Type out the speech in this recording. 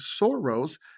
soros